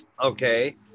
Okay